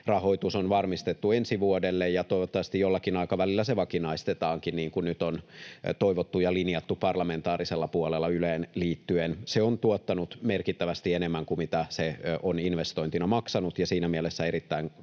rahoitus on varmistettu ensi vuodelle, ja toivottavasti jollakin aikavälillä se vakinaistetaankin, niin kuin nyt on toivottu ja linjattu parlamentaarisella puolella Yleen liittyen. Se on tuottanut merkittävästi enemmän kuin mitä se on investointina maksanut, ja siinä mielessä se on erittäin kannatettava